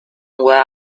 where